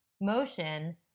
motion